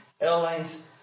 airlines